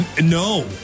no